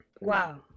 wow